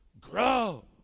Grow